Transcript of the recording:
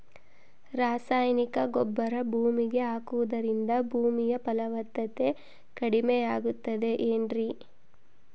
ರಾಸಾಯನಿಕ ಗೊಬ್ಬರ ಭೂಮಿಗೆ ಹಾಕುವುದರಿಂದ ಭೂಮಿಯ ಫಲವತ್ತತೆ ಕಡಿಮೆಯಾಗುತ್ತದೆ ಏನ್ರಿ?